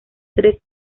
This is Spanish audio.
tres